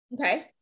Okay